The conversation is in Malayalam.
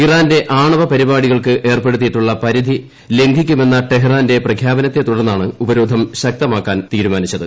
ഇറാന്റെ ആണവ പരിപാടി കൾക്ക് ഏർപ്പെടുത്തിയിട്ടുള്ള പരിധി ലംഘിക്കുമെന്ന ടെഹറാന്റെ പ്രഖ്യാപനത്തെത്തുടർന്നാണ് ഉപരോധം ശക്തമാക്കാൻ തീരുമാനിച്ച ത്